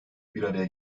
biraraya